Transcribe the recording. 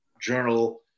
journal